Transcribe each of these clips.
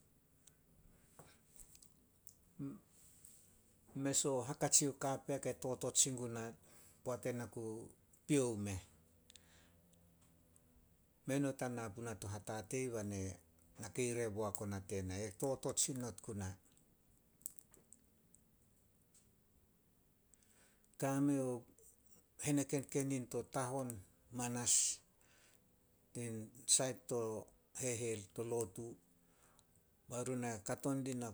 Mes o hakatsi o kapea ke totot sin guna, poat ena ku piuo meh. Mei not a na puna to hatatei bai nakai re boak ona tena, e totot sin onot guna. Kame o hene kenkenin to tahon manas, tin sait to lotu bai run e kato dina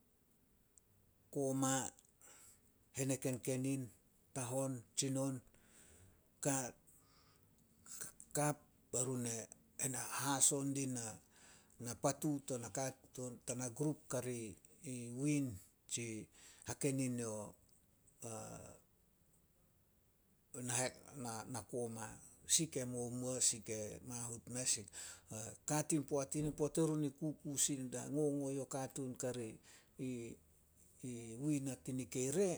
koma. Hene kenkenin, tahon, tsinon. Kap bai run e haso dina patu tana grup kari win tsi hakenin yo na koma. Si ke momuo, si ke mahut meh. Poat erun di kuku sin da ngongo yo katuun kari i win a ta nikei re,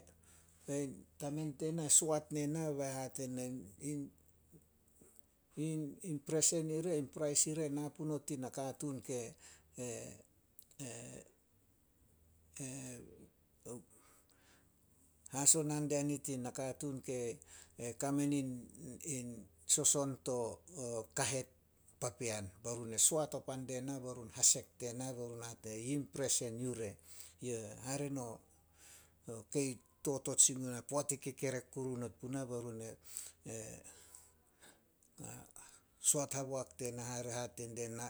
bai tamen tena soat nena bai hate nin, in presen, in prais ire na punon tin nakatuun hasona dia nit in nakatuun ke- e kame nin soson to- o kahet papean. Bai run e soat o pan de na bai run hasek de na bai run hate, yin presen yure. Hare no, o kei totot sin guna poat i kekerek kuru not puna be run e soat haboak die na hate die na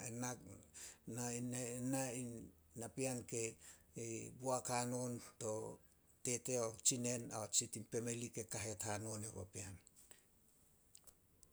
napean kei boak hanon to tete ao tsinen a tsi tin pemeli ke kahet hanon yo papean.